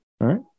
right